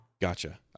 Gotcha